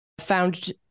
found